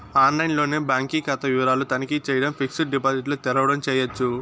ఆన్లైన్లోనే బాంకీ కాతా వివరాలు తనఖీ చేయడం, ఫిక్సిడ్ డిపాజిట్ల తెరవడం చేయచ్చు